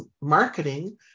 marketing